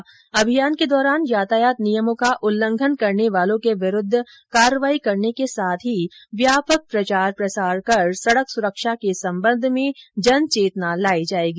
इस अभियान के दौरान यातायात नियमों का उल्लंघन करने वालों के विरूद्व कार्यवाही करने के साथ ही व्यापक प्रचार प्रसार कर सडक सुरक्षा के सम्बन्ध में जनचेतना लाई जायेगी